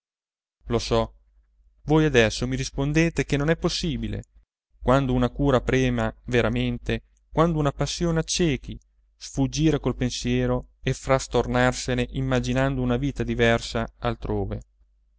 lo so voi adesso mi rispondete che non è possibile quando una cura prema veramente quando una passione accechi sfuggire col pensiero e frastornarsene immaginando una vita diversa altrove